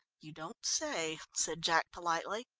you don't say, said jack politely.